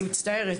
אני מצטערת.